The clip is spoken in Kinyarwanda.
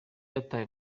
yataye